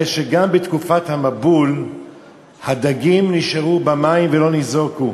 הרי שגם בתקופת המבול הדגים נשארו במים ולא ניזוקו.